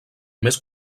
més